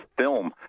film